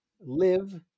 Live